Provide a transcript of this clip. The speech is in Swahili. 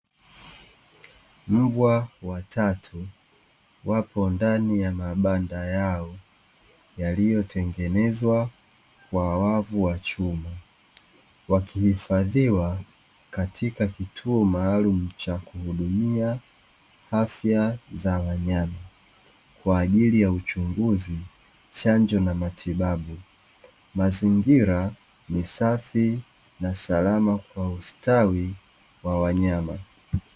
Mbwa watatu wapo ndani ya mabanda yao yaliyotengenezwa kwa wavu wa chuma, wakihifadhiwa katika, kituo maalum cha kuhudumia afya za wanyama, kwa ajili ya uchunguzi chanjo na matibabu mazingira ni safi na salama kwa ustawi wa wanyama.